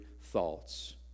thoughts